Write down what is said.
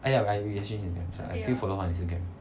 ah ya we exchanged Instagram I still follow her on Instagram